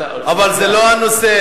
אבל זה לא הנושא.